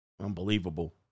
Unbelievable